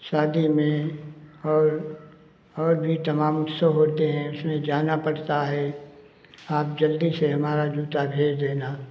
शादी में और और भी तमाम सो होते हैं उसमें जाना पड़ता है आप जल्दी से हमारा जूता भेज देना